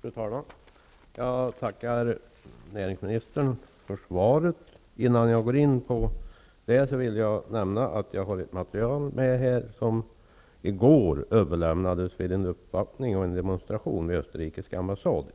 Fru talman! Jag tackar näringsministern för svaret. Innan jag går in på det som sades i svaret vill jag nämna att jag här har ett material som i går i samma fråga överlämnades vid en uppvaktning, demonstration, vid österrikiska ambassaden.